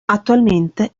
attualmente